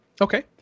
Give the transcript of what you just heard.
okay